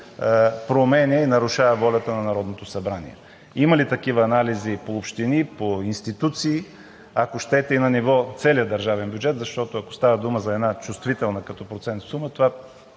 променя и нарушава волята на Народното събрание? Има ли такива анализи по общини, по институции, ако щете и на ниво целия държавен бюджет, защото, ако става дума за една чувствителна като процент сума, това